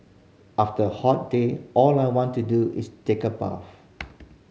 after a hot day all I want to do is take a bath